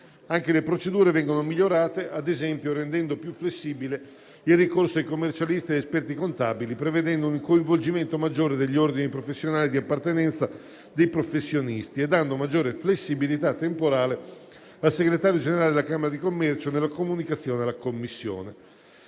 Anche le procedure vengono migliorate - ad esempio - rendendo più flessibile il ricorso a commercialisti ed esperti contabili; prevedendo un coinvolgimento maggiore degli ordini professionali di appartenenza dei professionisti e dando maggiore flessibilità temporale al segretario generale della camera di commercio nella comunicazione alla Commissione.